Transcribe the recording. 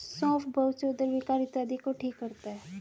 सौंफ बहुत से उदर विकार इत्यादि को ठीक करता है